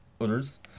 others